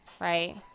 right